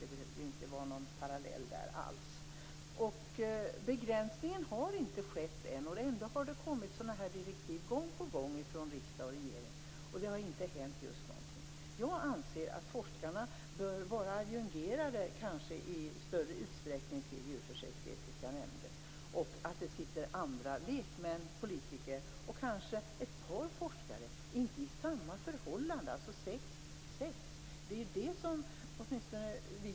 Det behöver ju inte vara någon parallell där alls. Begränsningen har inte skett än. Ändå har sådana här direktiv kommit gång på gång från riksdag och regering. Men det har inte hänt just någonting. Jag anser att forskarna i större utsträckning bör vara adjungerade till djurförsöksetiska nämnder, och att lekmän, politiker och kanske ett par forskare sitter i nämnderna. Förhållandena skall inte vara desamma, dvs. sex mot sex.